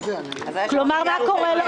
מה קורה?